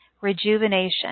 rejuvenation